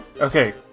Okay